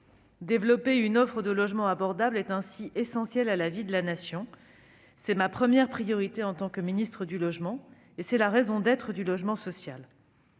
Développer une offre de logements abordables est ainsi essentiel à la vie de la Nation. C'est ma priorité en tant que ministre du logement et c'est la raison d'être du logement social.